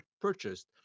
purchased